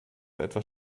etwas